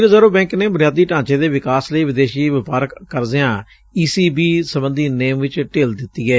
reserve Bank ਨੇ ਬੁਨਿਆਦੀ ਢਾਂਚੇ ਦੇ ਵਿਕਾਸ ਲਈ ਵਿਦੇਸ਼ੀ ਵਪਾਰਕ ਕਰਜ਼ਿਆਂ ਈ ਸੀ ਬੀ ਸਬੰਧੀ ਨੇਮਾਂ ਚ ਢਿੱਲ ਦਿੱਤੀ ਏ